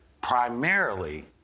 primarily